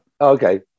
Okay